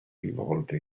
rivolte